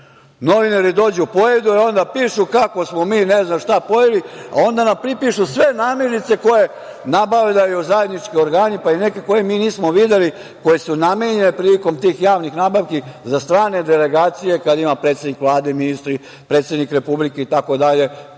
Novinari dođu, pojedu i onda pišu kako smo mi ne znam šta pojeli, a onda nam pripišu sve namirnice koje nabavljaju zajednički organi, pa i neke koje mi nismo videli, koje su namenjene prilikom tih javnih nabavki za strane delegacije, kad ima predsednik Vlade, ministri, predsednik Republike itd,